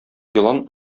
елан